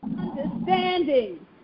Understanding